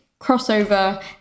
crossover